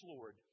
Lord